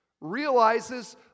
realizes